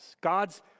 God's